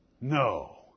No